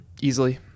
easily